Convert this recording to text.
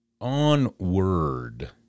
onward